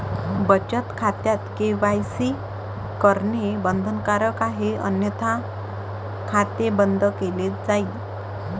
बचत खात्यात के.वाय.सी करणे बंधनकारक आहे अन्यथा खाते बंद केले जाईल